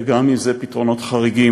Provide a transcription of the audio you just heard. וגם אם זה פתרונות חריגים,